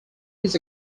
his